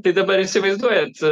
tai dabar įsivaizduojat